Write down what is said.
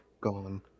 gone